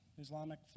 Islamic